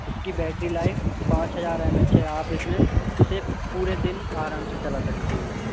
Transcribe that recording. इसकी battery life पाँच हजार एम एच है आप इसमें इसे पूरे दिन आराम से चला सकती हैं